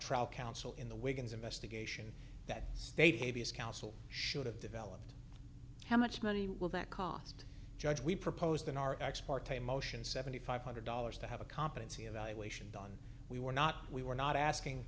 trial counsel in the wigan's investigation that state habeas counsel should have developed how much money will that cost judge we proposed in our exports a motion seventy five hundred dollars to have a competency evaluation done we were not we were not asking